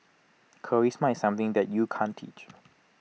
charisma is something that you can't teach